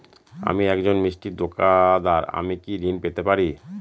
আমি একজন মিষ্টির দোকাদার আমি কি ঋণ পেতে পারি?